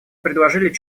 предложили